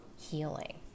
healing